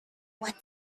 what